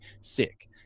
sick